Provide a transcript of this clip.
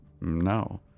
no